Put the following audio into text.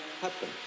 happen